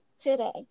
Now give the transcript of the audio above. today